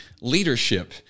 leadership